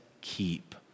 keep